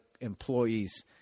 employees